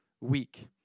week